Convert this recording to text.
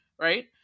right